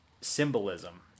symbolism